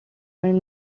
man